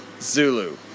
Zulu